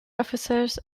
officers